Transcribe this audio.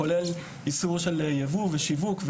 כולל איסור ייבוא ושיווק.